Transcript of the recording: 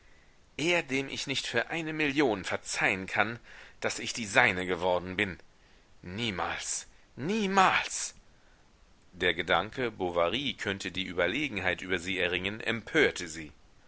er dem ich nicht für eine million verzeihen kann daß ich die seine geworden bin niemals niemals der gedanke bovary könnte die überlegenheit über sie erringen empörte sie